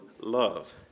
love